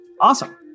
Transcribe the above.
awesome